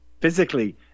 physically